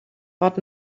but